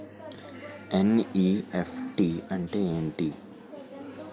NEFT అంటే ఎంటి?